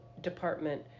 department